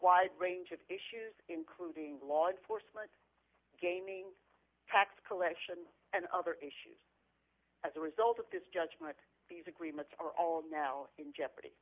wide range of issues including law enforcement gaining tax collection and other issues as a result of this judgement these agreements are all now in jeopardy